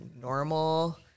normal